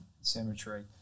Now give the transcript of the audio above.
cemetery